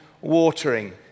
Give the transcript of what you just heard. watering